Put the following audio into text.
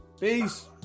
Peace